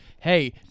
Hey